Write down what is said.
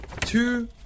two